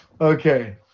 Okay